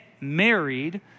married